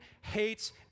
hates